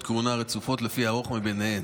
הארוכה מביניהן.